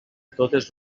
totes